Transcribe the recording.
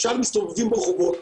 השאר מסתובבים ברחובות.